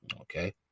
Okay